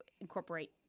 incorporate